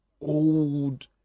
old